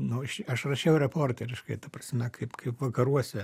nu aš aš rašiau reporteriškai ta prasme kaip kaip vakaruose